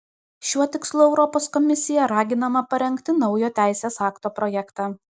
šiuo tikslu europos komisija raginama parengti naujo teisės akto projektą